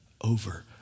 over